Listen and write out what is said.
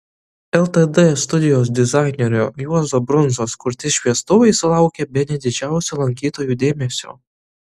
ltd studijos dizainerio juozo brundzos kurti šviestuvai sulaukė bene didžiausio lankytojų dėmesio